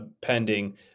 pending